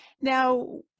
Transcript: Now